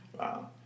Wow